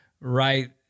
right